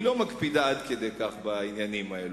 היא לא מקפידה עד כדי כך בעניינים האלה.